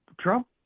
Trump